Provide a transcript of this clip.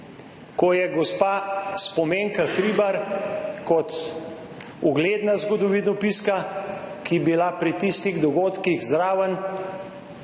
ko je gospa Spomenka Hribar kot ugledna zgodovinopiska, ki je bila pri tistih dogodkih zraven,